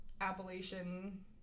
Appalachian